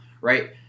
right –